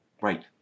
Right